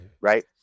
right